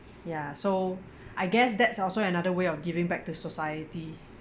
ya so I guess that's also another way of giving back to society